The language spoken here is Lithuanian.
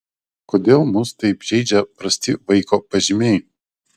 kodėl mus taip žeidžia prasti vaiko pažymiai